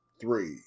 three